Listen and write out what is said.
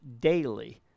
daily